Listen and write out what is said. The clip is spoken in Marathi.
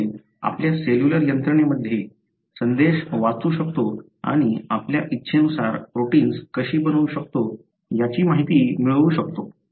त्यामुळे आपल्या सेल्युलर यंत्रणेमध्ये संदेश वाचू शकतो आणि आपल्या इच्छेनुसार प्रोटिन्स कशी बनवू शकतो याची माहिती मिळवु शकतो